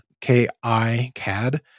K-I-CAD